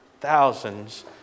thousands